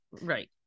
right